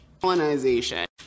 Colonization